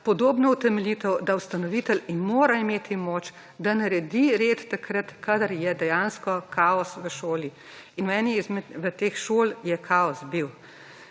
podobno utemeljitev, da ustanovitelj mora imeti moč, da naredi red takrat, kadar je dejansko kaos v šoli. In v eni izmed teh šol je kaos **16.